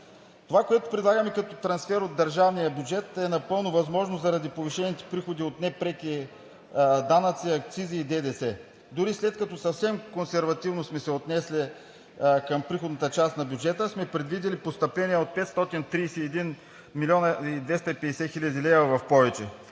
Това, което предлагаме като трансфер от държавния бюджет, е напълно възможно заради повишените приходи от непреки данъци, акцизи и ДДС. Дори след като съвсем консервативно сме се отнесли към приходната част на бюджета, сме предвидили постъпления от 531 млн. 250 хил. лв. в повече